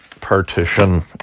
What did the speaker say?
partition